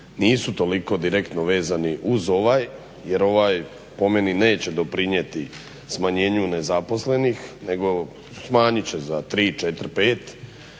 nisu toliko direktno vezani uz ovaj, jer ovaj po meni neće doprinijeti smanjenju nezaposlenih nego smanjit će za 3, 4, 5